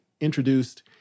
introduced